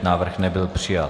Návrh nebyl přijat.